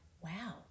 wow